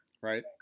Right